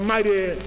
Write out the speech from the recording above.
mighty